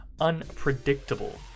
unpredictable